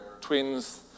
twins